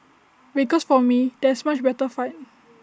because for me this is A much better fight